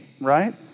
right